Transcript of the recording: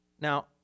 Now